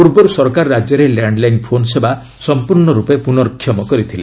ପୂର୍ବରୁ ସରକାର ରାଜ୍ୟରେ ଲ୍ୟାଣ୍ଡଲାଇନ୍ ଫୋନ୍ ସେବା ସମ୍ପର୍ଣ୍ଣର୍ପେ ପୂର୍ନକ୍ଷମ କରିଥିଲେ